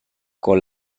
con